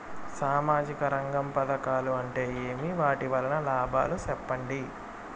సామాజిక రంగం పథకాలు అంటే ఏమి? వాటి వలన లాభాలు సెప్పండి?